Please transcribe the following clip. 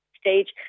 stage